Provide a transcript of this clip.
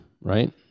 right